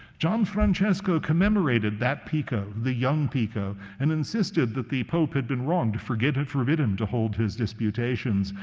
gianfrancesco commemorated that pico, the young pico, and insisted that the pope had been wrong to forbid him forbid him to hold his disputations,